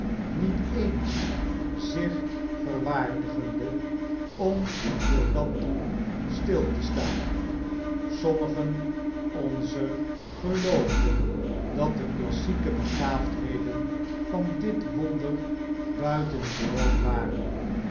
niet eens zich verwaardigende om voor dat doel stil te staan sommigen onzer geloofden dat de klassieke begaafdneden van dit wonder buitengewoon waren